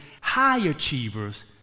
high-achievers